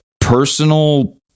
personal